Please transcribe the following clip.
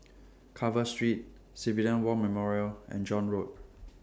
Carver Street Civilian War Memorial and John Road